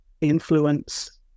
influence